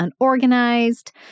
unorganized